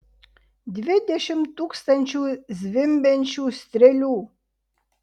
dvidešimt tūkstančių zvimbiančių strėlių